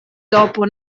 dopo